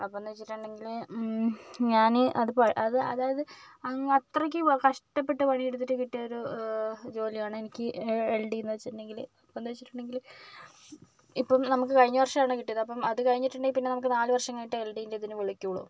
അപ്പം എന്ന് വെച്ചിട്ടുണ്ടെങ്കിൽ ഞാൻ അത് അത് അതായത് അന്നത്രക്ക് കഷ്ടപ്പെട്ട് പണിയെടുത്തിട്ട് കിട്ടിയൊരു ജോലിയാണെനിക്ക് എൽ ഡിയെന്ന് വെച്ചിട്ടുണ്ടെങ്കിൽ ഇപ്പം എന്ന് വെച്ചിട്ടുണ്ടെങ്കിൽ ഇപ്പം നമുക്ക് കഴിഞ്ഞ വർഷമാണ് കിട്ടിയത് അപ്പം അത് കഴിഞ്ഞിട്ടുണ്ടെങ്കിൽ പിന്നെ നമുക്ക് നാല് വർഷം കഴിഞ്ഞിട്ടേ എൽ ഡീൻ്റെ ഇതിന് വിളിക്കുകയുള്ളു